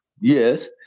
yes